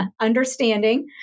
understanding